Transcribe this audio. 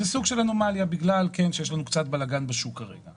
זה סוג של אנומליה בגלל כן שיש לנו קצת בלגן בשוק כרגע,